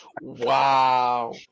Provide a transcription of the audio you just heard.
wow